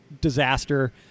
disaster